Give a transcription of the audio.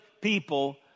people